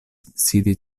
sidi